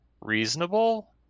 reasonable